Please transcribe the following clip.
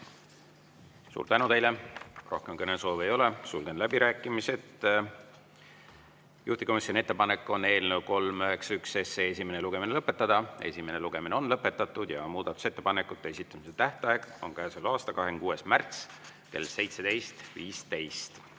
Suur tänu teile! Rohkem kõnesoove ei ole. Sulgen läbirääkimised. Juhtivkomisjoni ettepanek on eelnõu 391 esimene lugemine lõpetada. Esimene lugemine on lõpetatud. Muudatusettepanekute esitamise tähtaeg on selle aasta 26. märtsil kell 17.15.